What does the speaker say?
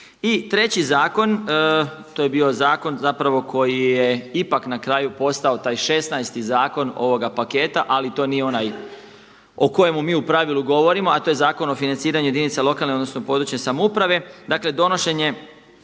I treći zakon to je bio zakon zapravo koji je ipak na kraju postao taj šesnaesti zakon ovoga paketa, ali to nije onaj o kojemu mi u pravilu govorimo, a to je Zakon o financiranju jedinica lokalne, odnosno područne samouprave. Dakle, donošenje